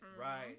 Right